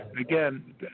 again